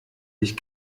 dich